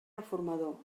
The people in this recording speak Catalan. reformador